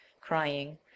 crying